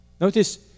Notice